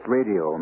Radio